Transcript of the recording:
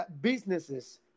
Businesses